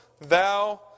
thou